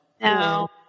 No